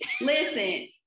listen